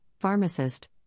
pharmacist